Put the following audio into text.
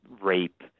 rape